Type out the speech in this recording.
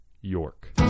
york